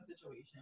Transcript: situation